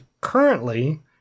currently